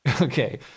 Okay